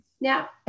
Now